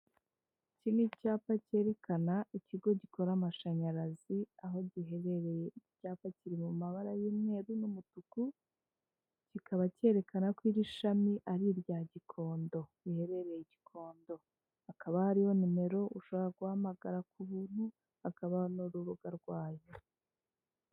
Iki ni icyapa cyerekana ikigo gikora amashanyarazi aho giherereye. Icyapa kiri mu mabara y'umweru n'umutuku kikaba cyerekana ko iri shami ari irya gikondo; Riherereye i gikondo. Hakaba hariho nimero ushobora guhamagara ku buntu hakabaho n'urubura rwayo.